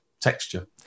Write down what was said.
texture